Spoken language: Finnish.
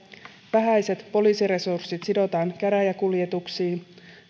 vähäiset poliisiresurssit sidotaan käräjäkuljetuksiin